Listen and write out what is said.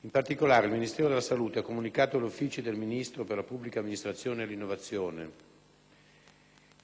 In particolare, il Ministero della salute ha comunicato agli uffici del Ministro per la pubblica amministrazione e l'innovazione,